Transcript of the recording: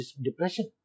depression